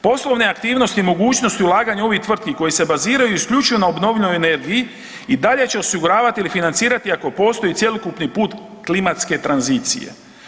Poslovne aktivnosti, mogućnosti ulaganja u ovih tvrtki koje se baziraju isključivo na obnovljivoj energiji, i dalje će osiguravati ili financirati ako postoji cjelokupni put klimatske tranzicije.